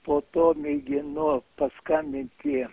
po to mėgino paskambinti